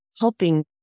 helping